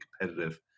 competitive